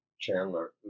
Chandler